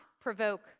provoke